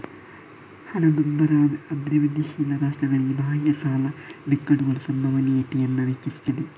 ಹಣದುಬ್ಬರ ಅಭಿವೃದ್ಧಿಶೀಲ ರಾಷ್ಟ್ರಗಳಲ್ಲಿ ಬಾಹ್ಯ ಸಾಲದ ಬಿಕ್ಕಟ್ಟುಗಳ ಸಂಭವನೀಯತೆಯನ್ನ ಹೆಚ್ಚಿಸ್ತದೆ